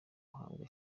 bahabwa